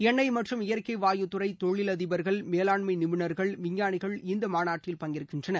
எண்ணெய் மற்றும் இயற்கை வாயு துறை தொழிலதிபர்கள் மேலாண்மை நிபுணர்கள் விஞ்ஞானிகள் இந்த மாநாட்டில் பங்கேற்கின்றனர்